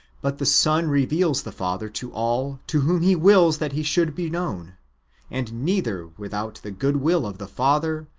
but the son reveals the father to all to whom he wills that he should be known and neither without the goodwill of the father,